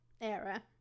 era